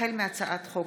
החל בהצעת חוק